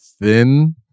thin